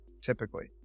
typically